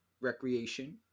recreation